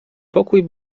pokój